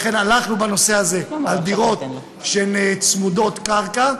לכן הלכנו בנושא הזה על דירות שהן צמודות קרקע,